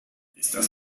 estas